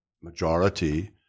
majority